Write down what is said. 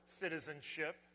citizenship